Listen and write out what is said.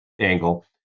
angle